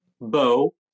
Bow